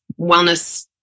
wellness